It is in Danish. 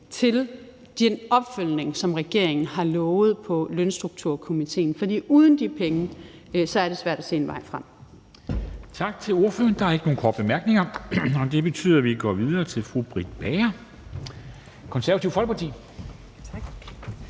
til den opfølgning, som regeringen har lovet med Lønstrukturkomitéen. For uden de penge er det svært at se en vej frem.